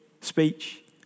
speech